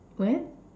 what